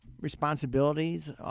responsibilities